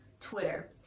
Twitter